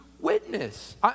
witness